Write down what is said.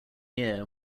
year